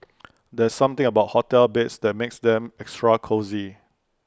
there's something about hotel beds that makes them extra cosy